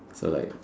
so like